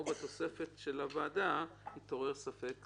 ולפי התוספת של הוועדה: אם התעורר ספק סביר.